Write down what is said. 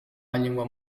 língua